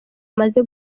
amaze